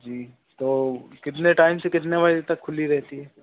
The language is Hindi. जी तो कितने टाइम से कितने बजे तक खुली रहती है